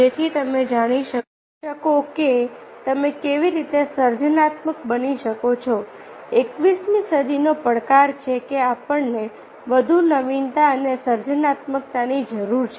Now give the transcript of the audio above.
જેથી તમે જાણી શકો કે તમે કેવી રીતે સર્જનાત્મક બની શકો છો 21મી સદીનો પડકાર છે કે આપણને વધુ નવીનતા અને સર્જનાત્મકતાની જરૂર છે